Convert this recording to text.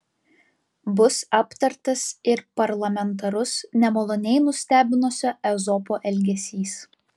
bus aptartas ir parlamentarus nemaloniai nustebinusio ezopo elgesys